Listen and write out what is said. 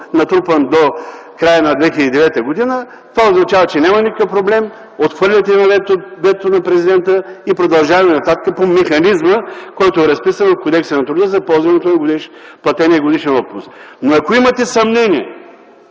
натрупан до края на 2009 г., това означава, че няма никакъв проблем. Отхвърляте ветото на президента и продължаваме нататък по механизма, който е разписан от Кодекса на труда за ползването на платения годишен отпуск. Но, ако имате съмнения